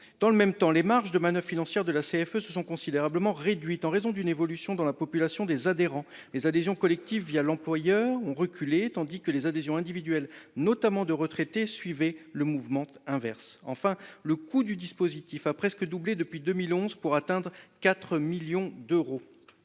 dans le même temps, les marges de manœuvre financières de la CFE se sont considérablement réduites, en raison d’une évolution de la population des adhérents : les adhésions collectives, l’employeur, ont reculé, tandis que les adhésions individuelles, notamment de retraités, suivaient le mouvement inverse. Enfin, le coût du dispositif a presque doublé depuis 2011, pour atteindre 4 millions d’euros.